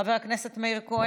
חבר הכנסת מאיר כהן,